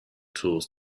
tools